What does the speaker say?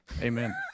Amen